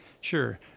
Sure